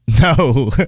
No